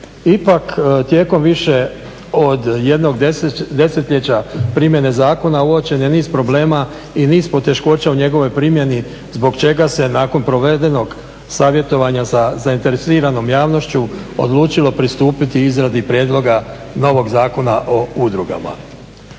Ipak tijekom više od 1 desetljeća primjene zakona uočen je niz problema i niz poteškoća u njegovoj primjeni zbog čega se nakon provedenog savjetovanja sa zainteresiranom javnošću odlučilo pristupiti izradi prijedloga novog Zakona o udrugama.